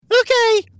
Okay